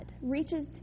reaches